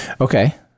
Okay